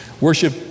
Worship